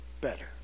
better